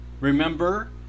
remember